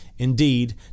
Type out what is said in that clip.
Indeed